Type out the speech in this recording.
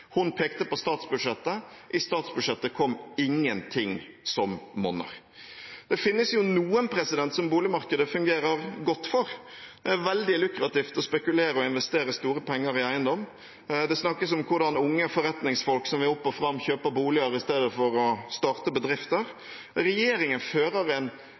Hun pekte på statsbudsjettet. I statsbudsjettet kom det ingenting som monner. Det finnes noen som boligmarkedet fungerer godt for. Det er veldig lukrativt å spekulere og investere store penger i eiendom. Det snakkes om hvordan unge forretningsfolk som vil opp og fram, kjøper boliger i stedet for å starte bedrifter. Regjeringen fører en